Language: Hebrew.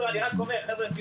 אני רק אומר --- אוקי.